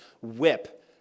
whip